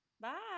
Bye